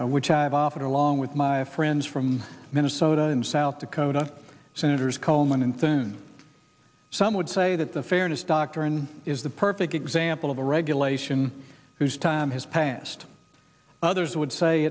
which i've often along with my friends from minnesota and south dakota senators coleman and thin some would say that the fairness doctrine is the perfect example of a regulation whose time has passed others would say